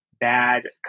Bad